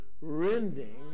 rending